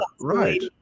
right